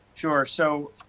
sure. so,